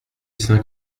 saint